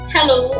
Hello